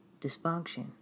dysfunction